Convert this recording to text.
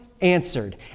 Answered